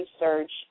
research